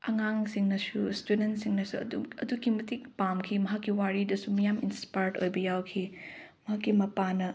ꯑꯉꯥꯡꯁꯤꯡꯅꯁꯨ ꯏꯁꯇꯨꯗꯦꯟꯁꯤꯡꯅꯁꯨ ꯑꯗꯨꯛꯀꯤ ꯃꯇꯤꯛ ꯄꯥꯝꯈꯤ ꯃꯍꯥꯛꯀꯤ ꯋꯥꯔꯤꯗꯁꯨ ꯃꯤꯌꯥꯝ ꯏꯟꯁꯄꯥꯏꯌꯔꯠ ꯑꯣꯏꯕ ꯌꯥꯎꯈꯤ ꯃꯍꯥꯛꯀꯤ ꯃꯄꯥꯟꯅ